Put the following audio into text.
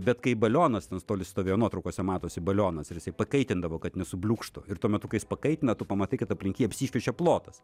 bet kai balionas ten toli stovėjo nuotraukose matosi balionas ir jisai pakaitindavo kad nesubliūkštų ir tuo metu kai jis pakaitina tu pamatai kad aplink jį apsišviečia plotas